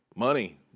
Money